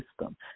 system